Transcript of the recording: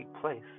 place